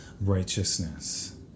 righteousness